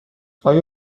آیا